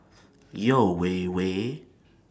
Yeo Wei Wei